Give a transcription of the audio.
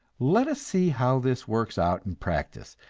let us see how this works out in practice.